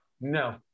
no